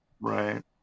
Right